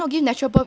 oh